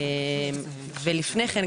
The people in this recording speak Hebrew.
ולפני כן,